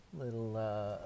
little